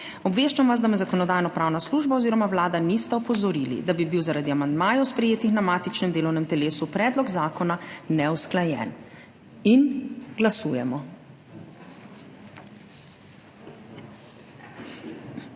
Obveščam vas, da me Zakonodajno-pravna služba oziroma Vlada nista opozorili, da bi bil zaradi amandmajev, sprejetih na matičnem delovnem telesu, predlog zakona neusklajen. Glasujemo.